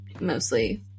mostly